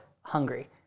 hungry